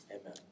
amen